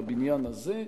בבניין הזה,